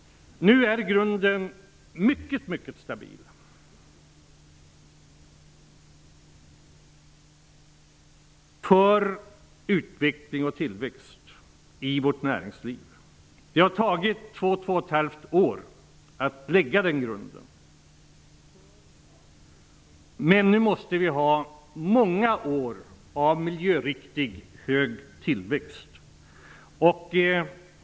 Nu är grunden mycket stabil för utveckling och tillväxt i vårt näringsliv. Det har tagit två till två och ett halvt år att lägga den grunden. Nu måste vi ha många år av miljöriktig, hög tillväxt.